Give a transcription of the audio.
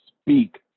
speak